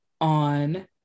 on